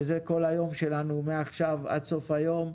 שזה כל היום שלנו מעכשיו עד סוף היום.